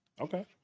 Okay